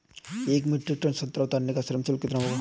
एक metric ton संतरा उतारने का श्रम शुल्क कितना होगा?